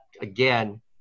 again